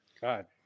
God